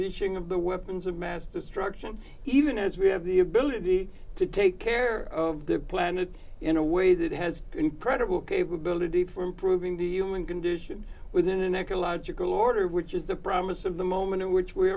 unleashing of the weapons of mass destruction even as we have the ability to take care of the planet in a way that has incredible capability for improving the human condition within an ecological order which is the promise of the moment in which we